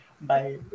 Bye